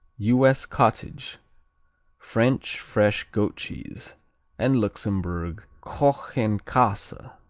u s. cottage french fresh goat cheese and luxembourg kochenkase. samso